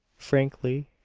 frankly,